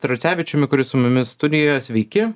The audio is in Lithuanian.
tracevičiumi kuris su mumis studijoje sveiki